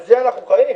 על זה אנחנו חיים.